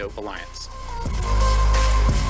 alliance